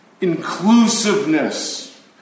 inclusiveness